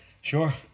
sure